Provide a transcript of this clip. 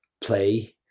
play